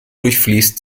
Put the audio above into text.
durchfließt